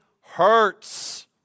hurts